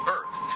Earth